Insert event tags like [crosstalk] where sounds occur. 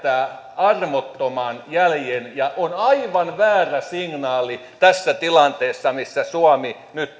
armottoman jäljen ja on aivan väärä signaali tässä tilanteessa missä suomi nyt [unintelligible]